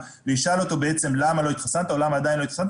וישאל אותו: למה לא התחסנת או למה עדיין לא התחסנת?